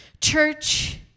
Church